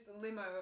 limo